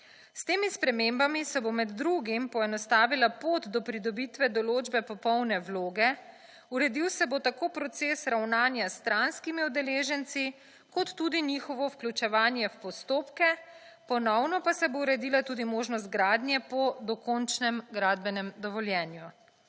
S temi spremembami se bo med drugim poenostavila pot do pridobitve določbe popolne vloge, uredil se bo tako proces ravnanja s stranskimi udeleženci kot tudi njihovo vključevanje v postopke, ponovno pa se bo uredila tudi možnost gradnje po dokončnem gradbenem dovoljenju.